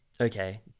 okay